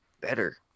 better